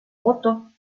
voto